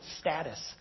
status